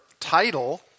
title